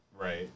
right